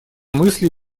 мысли